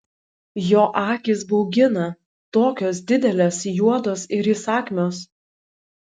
jo akys baugina tokios didelės juodos ir įsakmios